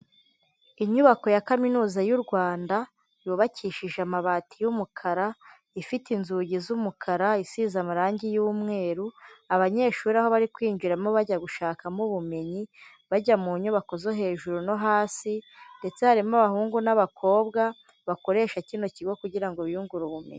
Inyubako ya kaminuza y'u Rwanda yubakishije amabati y'umukara, ifite inzugi z'umukara, isize amarangi y'umweru. Abanyeshuri aho bari kwinjiramo bajya gushakamo ubumenyi, bajya mu nyubako zo hejuru no hasi ndetse harimo abahungu n'abakobwa bakoresha kino kigo kugira ngo biyungure ubumenyi.